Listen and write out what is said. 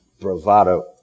bravado